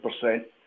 percent